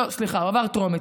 לא, סליחה, הוא עבר טרומית.